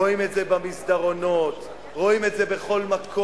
רואים את זה במסדרונות, רואים את זה בכל מקום,